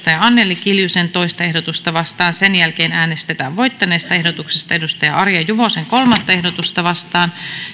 anneli kiljusen toinen ehdotusta vastaan sen jälkeen äänestetään voittaneesta ehdotuksesta arja juvosen kolmas ehdotusta vastaan